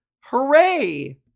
Hooray